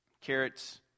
carrots